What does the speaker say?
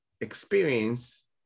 experience